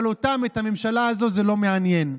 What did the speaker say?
אבל אותם, את הממשלה הזו, זה לא מעניין.